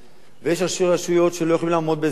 ויש ראשי רשויות שלא יכולים לעמוד בזה ואז הם יכולים